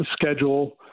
schedule